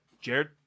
Jared